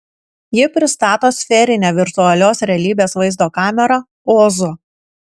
ji pristato sferinę virtualios realybės vaizdo kamerą ozo